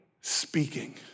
speaking